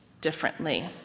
differently